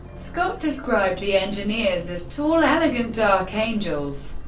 scott described the engineers as tall, elegant dark angels.